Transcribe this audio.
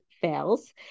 fails